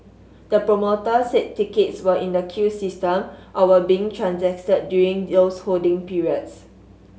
the promoter said tickets were in the queue system or were being transacted during those holding periods